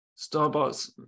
Starbucks